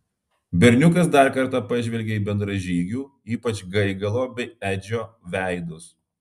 berniukas dar kartą pažvelgė į bendražygių ypač gaigalo bei edžio veidus